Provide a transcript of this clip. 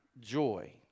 joy